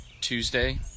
Tuesday